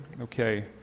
Okay